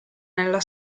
nella